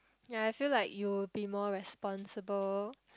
ya I feel like you will be more responsible